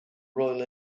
royal